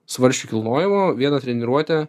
svarsčių kilnojimo vieną treniruotę